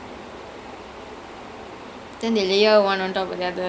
அதுக்கு அப்புறம்:athukku appuram then they put it with the precook torch